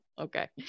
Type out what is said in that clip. Okay